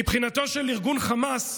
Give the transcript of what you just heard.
מבחינתו של ארגון חמאס,